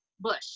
bush